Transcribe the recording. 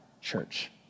church